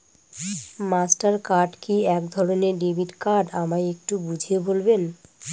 Master card কি একধরণের debit card আমায় একটু বুঝিয়ে বলবেন?